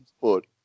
foot